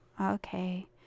Okay